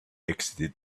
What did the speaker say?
exited